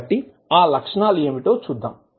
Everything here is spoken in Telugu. కాబట్టి ఆ లక్షణాలు ఏమిటో చూద్దాం